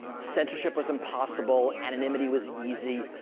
censorship was impossible, anonymity was easy,